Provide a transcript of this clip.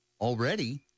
already